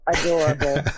adorable